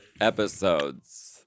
Episodes